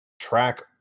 track